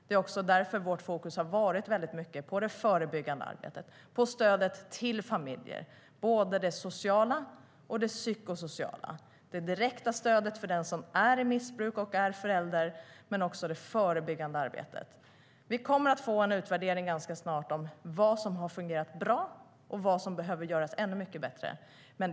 Det är därför vårt fokus varit på det förebyggande arbetet, på stödet till familjer, både det sociala och det psykosociala. Det handlar om det direkta stödet till den som är i missbruk och är förälder men också om det förebyggande arbetet. Vi kommer ganska snart att få en utvärdering av vad som har fungerat bra och vad som behöver göras ännu mycket bättre.